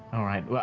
all right.